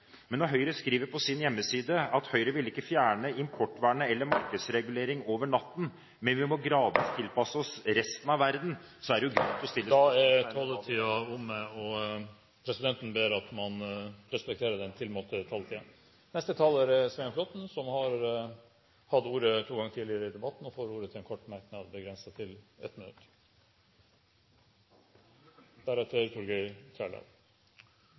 men når Høyre skriver på sin hjemmeside at «Høyre vil ikke fjerne importvern eller markedsreguleringen over natten, men vi må gradvis tilpasse oss resten av verden», er det grunn til å sette spørsmålstegn Taletiden er omme. Presidenten ber om at man respekterer den tilmålte taletiden. Representanten Svein Flåtten har hatt ordet to ganger tidligere, og får ordet til en kort merknad, begrenset til 1 minutt.